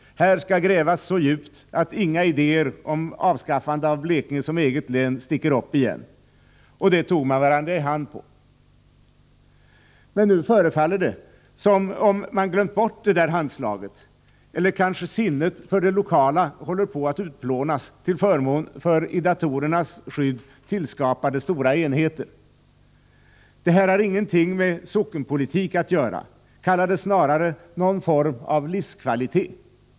Här skall grävas så djupt att inga idéer om avskaffande av Blekinge som eget län sticker upp igen.” Och det tog man varandra i hand på. Nu förefaller det som om man glömt bort det där handslaget, eller kanske sinnet för det lokala håller på att utplånas till förmån för i datorernas skydd tillskapade stora enheter. Det här har ingenting med sockenpolitik att göra; kalla det snarare en fråga om livskvalitet.